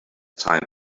time